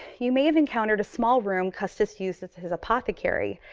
you may have encountered a small room custis used as his apothecary,